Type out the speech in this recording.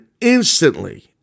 instantly